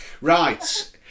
Right